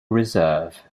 reserve